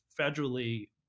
federally